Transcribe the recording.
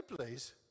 please